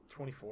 24